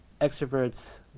extroverts